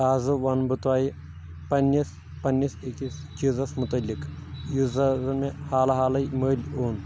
اَز ونہٕ بہٕ تۅہہِ پنٕنِس پنٕنِس أکِس چیٖزس مُتعلق یُس زن مےٚ حال حالٕے مٔلۍ اوٚن